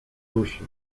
dusi